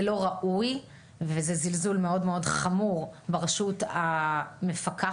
זה לא ראוי וזה זלזול מאוד מאוד חמור ברשות המפקחת,